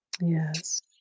Yes